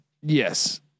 Yes